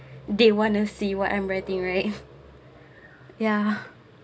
they wanna see what I'm writing right ya